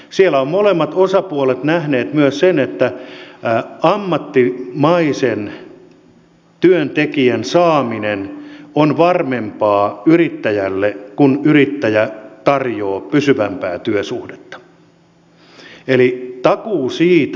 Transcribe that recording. siellä ovat molemmat osapuolet nähneet myös sen että ammattimaisen työntekijän saaminen on varmempaa yrittäjälle kun yrittäjä tarjoaa pysyvämpää työsuhdetta